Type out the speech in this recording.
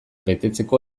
betetzeko